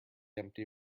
empty